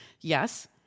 yes